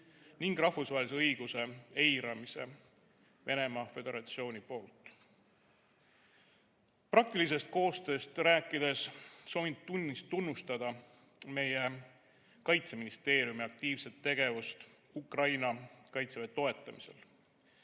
ning rahvusvahelise õiguse eiramise Venemaa Föderatsiooni poolt. Praktilisest koostööst rääkides soovin tunnustada meie Kaitseministeeriumi aktiivset tegevust Ukraina kaitseväe toetamisel.